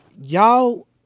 Y'all